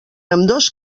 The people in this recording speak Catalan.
ambdós